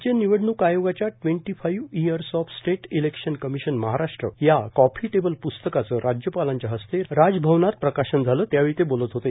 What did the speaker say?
राज्य निवडणूक आयोगाच्या twenty five years of state election commission महाराष्ट्रश् या कॉफी टेबल प्स्तकाचं राज्यपालांच्या हस्ते राजभवनात प्रकाशन झालंए त्यावेळी ते बोलत होते